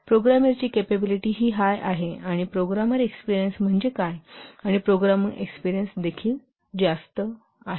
प्रोग्रामरची capability ही high आहे आणि प्रोग्रामर एक्सपेरियन्स म्हणजे काय आणि प्रोग्रामर एक्सपेरियन्स देखील जास्त आहे